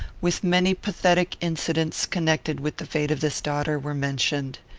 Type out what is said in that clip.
with many pathetic incidents connected with the fate of this daughter, were mentioned.